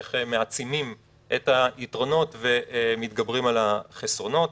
איך מעצימים את היתרונות ומתגברים על החסרונות.